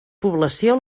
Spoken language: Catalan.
població